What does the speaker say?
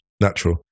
natural